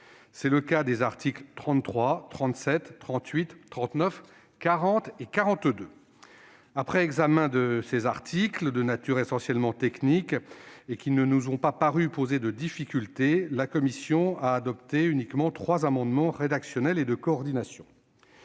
C'est le cas des articles 33, 37, 38, 39, 40 et 42. Ces articles, de nature essentiellement technique, ne nous ont pas paru poser de difficultés. La commission des finances a donc adopté uniquement trois amendements rédactionnels et de coordination.